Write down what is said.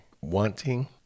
wanting